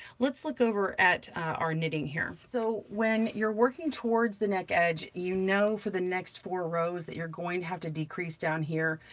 let's look over at our knitting here. so when you're working towards the neck edge, you know for the next four rows that you're going to have to decrease down here.